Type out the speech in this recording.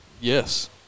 Yes